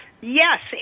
yes